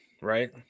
right